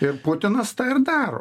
ir putinas tą ir daro